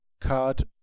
card